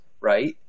right